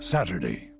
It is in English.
Saturday